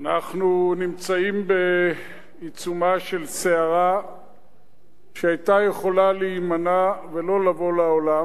אנחנו נמצאים בעיצומה של סערה שהיתה יכולה להימנע ולא לבוא לעולם,